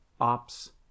Ops